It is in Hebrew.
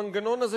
המנגנון הזה,